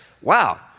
Wow